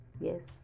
Yes